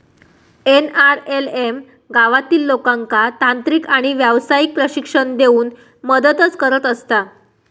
NRLM गावातील लोकांका तांत्रिक आणि व्यावसायिक प्रशिक्षण देऊन मदतच करत असता